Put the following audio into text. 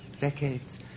decades